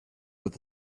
with